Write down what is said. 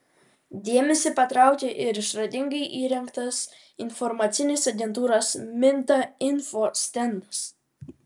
dėmesį patraukia ir išradingai įrengtas informacinės agentūros minta info stendas